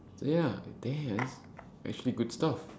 so ya damn it's actually good stuff